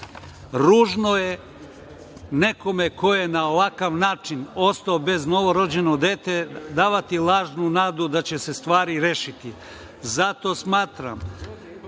Ružno je nekome ko je na ovakav način ostao bez novorođenog deteta davati lažnu nadu da će se stvari rešiti. Zato smatram